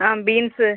ஆ beans